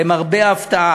למרבה ההפתעה.